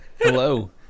Hello